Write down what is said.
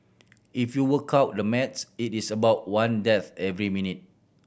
if you work out the maths it is about one death every minute